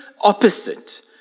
opposite